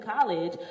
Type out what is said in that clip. college